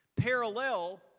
parallel